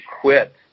quit